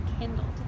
kindled